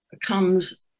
Comes